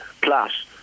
plus